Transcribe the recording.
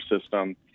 system